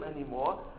anymore